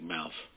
Mouth